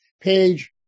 Page